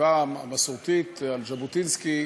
בישיבה המסורתית על ז'בוטינסקי,